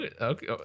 okay